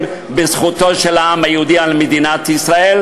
בזכותו של העם היהודי על מדינת ישראל,